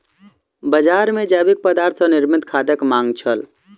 बजार मे जैविक पदार्थ सॅ निर्मित खादक मांग छल